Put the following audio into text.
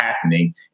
happening